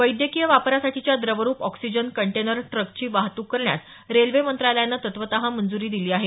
वैद्यकीय वापरासाठीच्या द्रवरूप ऑक्सिजन कंटेनर ट्रकची वाहतूक करण्यास रेल्वे मंत्रालयानं तत्त्वतः मंजूरी दिली आहे